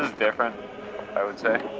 different i would say.